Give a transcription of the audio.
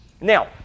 Now